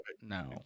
no